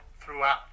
throughout